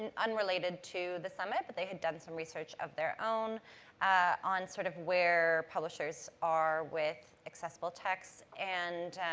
and unrelated to the summit, but they had done some research of their own on, sort of, where publishers are with accessible texts. and